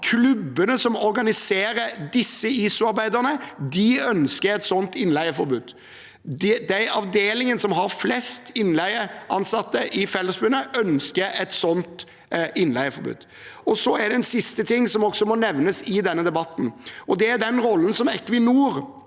klubbene som organiserer disse ISO-arbeiderne, ønsker et sånt innleieforbud. De avdelingene som har flest innleide ansatte i Fellesforbundet, ønsker et sånt innleieforbud. En siste ting som også må nevnes i denne debatten, er den rollen som Equinor,